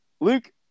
Luke